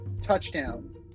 touchdown